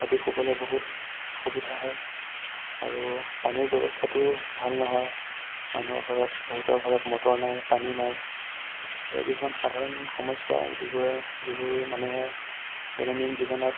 ৰাতি শুবলৈ বহুত অসুবিধা হয় আৰু পানীৰ ব্যৱস্থাটো ভাল নহয় মানুহৰ ঘৰত বহুতৰ ঘৰত মটৰ নাই পানী নাই সেয়া কিছুমান সাধাৰণ সমস্যা যিবোৰে যিবোৰ মানুহে দৈনন্দিন জীৱনত